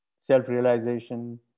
self-realization